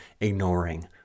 ignoring